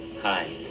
Hi